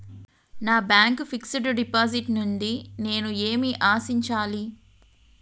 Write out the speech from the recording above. నా bank fixed deposit నుండి నేను ఏమి ఆశించాలి?